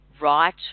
right